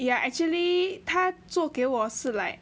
ya actually 他做给我是 like